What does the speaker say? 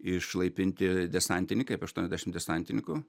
išlaipinti desantininkai apie aštuoniasdešim desantininkų